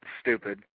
stupid